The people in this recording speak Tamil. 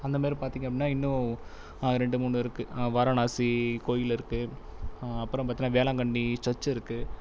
அந்தமாதிரி பார்த்தீங்க அப்படின்னா இன்னும் இரண்டு மூன்று இருக்குது வாரணாசி கோயில் இருக்குது அப்புறோ பார்த்தீங்கன்னா வேளாங்கன்னி ஜர்ச் இருக்குது